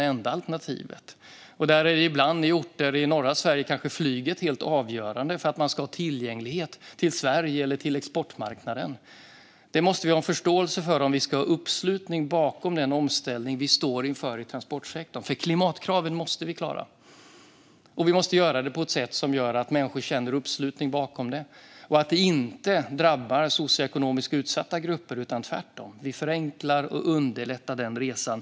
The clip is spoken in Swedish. På en del ställen är bilen det enda alternativet, och i orter i norra Sverige är kanske flyget ibland helt avgörande för att man ska ha tillgång till andra delar av Sverige eller till exportmarknaden. Det måste vi ha en förståelse för om vi ska ha uppslutning bakom den omställning vi står inför i transportsektorn. Vi måste klara klimatkraven, och vi måste göra det på ett sätt som gör att människor sluter upp bakom detta. Och vi måste göra det på ett sätt så att det inte drabbar socioekonomiskt utsatta grupper. Vi ska tvärtom förenkla och underlätta den resan.